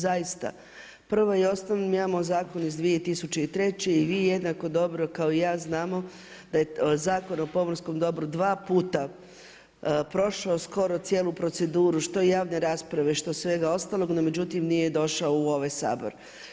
Zaista, prvo i osnovno, mi imamo zakon iz 2003. i vi jednako dobro kao i ja znamo da je Zakon o pomorskom dobru, 2 puta, prošao skoro cijelu proceduru, što javne rasprave, što svega ostaloga, no međutim nije došao u ovaj Sabor.